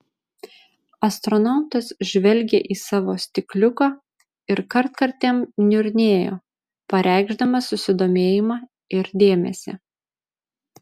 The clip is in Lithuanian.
astronautas žvelgė į savo stikliuką ir kartkartėm niurnėjo pareikšdamas susidomėjimą ir dėmesį